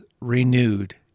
renewed